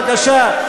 בבקשה.